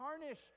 tarnish